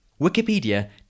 Wikipedia